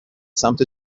سمت